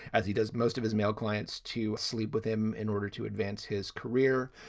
as he does most of his male clients, to sleep with him in order to advance his career.